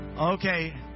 Okay